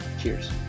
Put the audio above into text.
Cheers